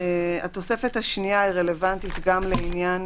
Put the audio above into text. התוספת השנייה רלוונטית גם לעניין